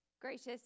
Gracious